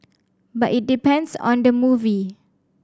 but it depends on the movie